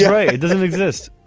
right. it doesn't exist